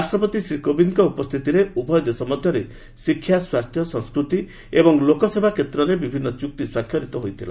ରାଷ୍ଟ୍ରପତି ଶ୍ରୀ କୋବିନ୍ଦଙ୍କ ଉପସ୍ଥିତିରେ ଉଭୟ ଦେଶ ମଧ୍ୟରେ ଶିକ୍ଷା ସ୍ୱାସ୍ଥ୍ୟ ସଂସ୍କୃତି ଏବଂ ଲୋକସେବା କ୍ଷେତ୍ରରେ ବିଭିନ୍ନ ଚୁକ୍ତି ସ୍ୱାକ୍ଷରିତ ହୋଇଥିଲା